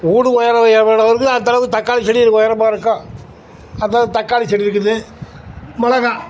வீடு உயரம் எவ்வளவு இருக்குதோ அந்தளவுக்கு தக்காளி செடி உயரமா இருக்கும் அதான் தக்காளி செடி இருக்குது மிளகா